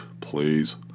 please